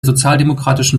sozialdemokratischen